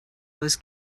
was